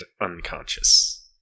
unconscious